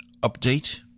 update